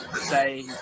say